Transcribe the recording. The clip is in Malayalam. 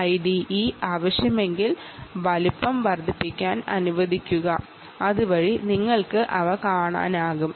IDE ആവശ്യമെങ്കിൽ വലുപ്പം വർദ്ധിപ്പിക്കാൻ അനുവദിക്കുക അതുവഴി നിങ്ങൾക്ക് അവ കാണാനാകും